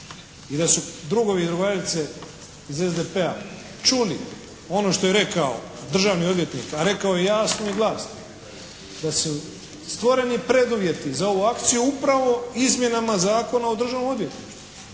i da su drugovi i drugarice iz SDP-a čuli ono što je rekao državni odvjetnik, a rekao je jasno i glasno da su stvoreni preduvjeti za ovu akciju upravo izmjenama Zakona o Državnom odvjetništvu.